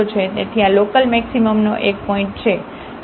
તેથી આ લોકલમેક્સિમમનો એક પોઇન્ટ છે